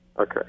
Okay